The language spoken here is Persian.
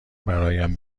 برایم